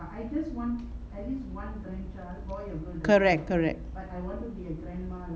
correct correct